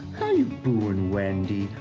you booin', wendy?